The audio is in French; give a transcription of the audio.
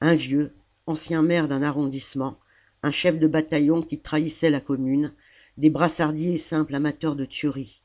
un vieux ancien maire d'un arrondissement un chef de bataillon qui trahissait la commune des brassardiers simples amateurs de tuerie